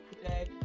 today